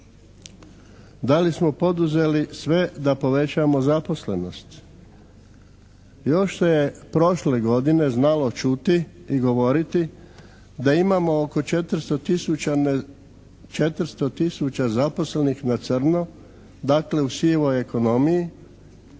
Da li smo poduzeli sve da povećamo zaposlenost? Još se je prošle godine znalo čuti i govoriti da imamo oko 400 tisuća zaposlenih na crno, dakle u sivoj ekonomiji